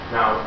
Now